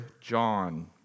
John